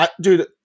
Dude